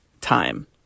time